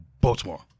Baltimore